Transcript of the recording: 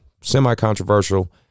semi-controversial